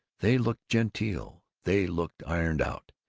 they looked genteel. they looked ironed-out.